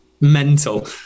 mental